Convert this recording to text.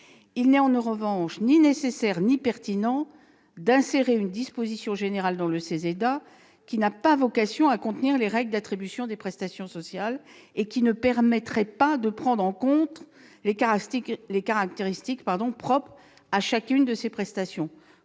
Il n'est en revanche ni nécessaire ni pertinent d'insérer une disposition générale dans le CESEDA, qui n'a pas vocation à contenir les règles d'attribution des prestations sociales et qui ne permettrait pas de prendre en compte les caractéristiques propres à chacune de ces prestations.